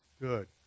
Good